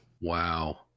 Wow